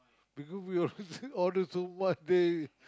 because we always order so much they